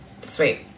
Sweet